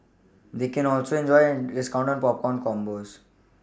they can also enjoy discounts on popcorn combos